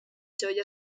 joia